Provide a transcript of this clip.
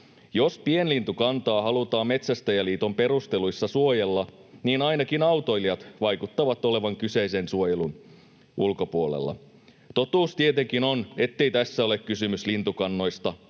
Jos pienlintukantaa halutaan Metsästäjäliiton perusteluissa suojella, niin ainakin autoilijat vaikuttavat olevan kyseisen suojelun ulkopuolella. Totuus tietenkin on, ettei tässä ole kysymys lintukannoista